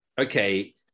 okay